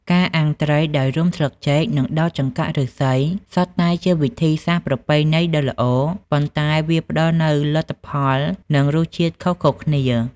ការអាំងត្រីដោយរុំស្លឹកចេក និងដោតចង្កាក់ឫស្សី សុទ្ធតែជាវិធីសាស្រ្តប្រពៃណីដ៏ល្អ ប៉ុន្តែវាផ្តល់នូវលទ្ធផល និងរសជាតិខុសៗគ្នា។